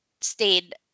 stayed